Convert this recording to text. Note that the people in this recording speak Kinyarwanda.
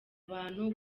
abantu